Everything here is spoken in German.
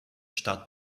stadt